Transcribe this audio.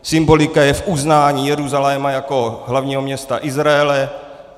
Symbolika je v uznání Jeruzaléma jako hlavního města Izraele.